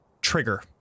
trigger